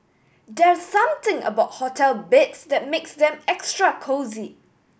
there's something about hotel beds that makes them extra cosy